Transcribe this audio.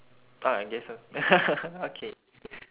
ah I guess so okay